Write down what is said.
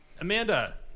Amanda